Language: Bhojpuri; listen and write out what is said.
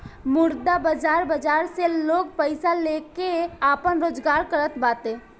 मुद्रा बाजार बाजार से लोग पईसा लेके आपन रोजगार करत बाटे